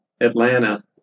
Atlanta